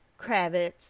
Kravitz